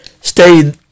stay